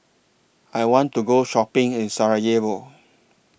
I want to Go Shopping in Sarajevo